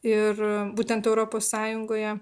ir būtent europos sąjungoje